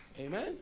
Amen